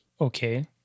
Okay